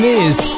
Miss